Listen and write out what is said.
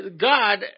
God